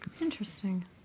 Interesting